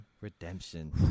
Redemption